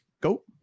go